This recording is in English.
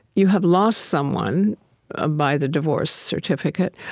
you have lost someone ah by the divorce certificate,